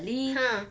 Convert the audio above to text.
!huh!